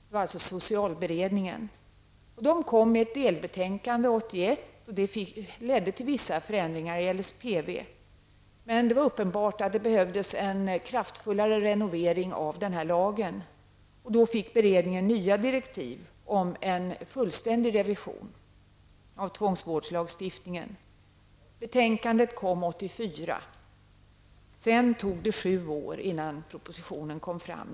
Det var alltså socialberedningen, som kom med ett delbetänkande 1981, vilket ledde till vissa förändringar i LSPV. Men det var uppenbart att det behövdes en kraftfullare renovering av lagen, och då fick beredningen nya direktiv om en fullständig revision av tvångsvårdslagstiftningen. Betänkandet kom 1984. Sedan tog det sju år innan propositionen kom fram.